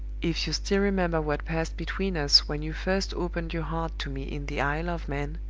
if you still remember what passed between us, when you first opened your heart to me in the isle of man,